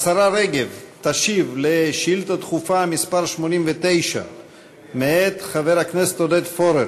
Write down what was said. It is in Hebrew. השרה רגב תשיב על שאילתה דחופה מס' 89 מאת חבר הכנסת עודד פורר